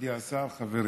מכובדי השר, חברים,